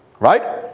right?